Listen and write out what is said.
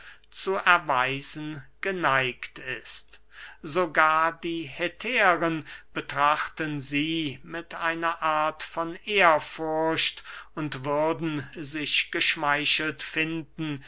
zu erweisen geneigt ist sogar die hetären betrachten sie mit einer art von ehrfurcht und würden sich geschmeichelt finden